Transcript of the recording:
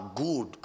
good